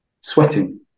sweating